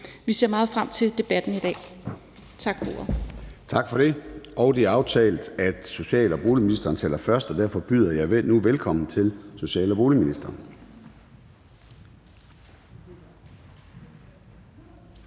Formanden (Søren Gade): Tak for det. Det er aftalt, at social- og boligministeren taler først, og derfor byder jeg nu velkommen til social- og boligministeren.